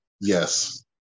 yes